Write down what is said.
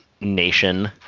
nation